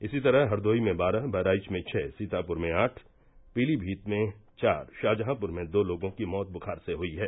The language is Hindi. इसी तरह हरदोई में बारह बहराइच में छह सीतापुर में आठ पीलीमीत में चार शाहजहांपुर में दो लोगों की मौत बुखार से हई है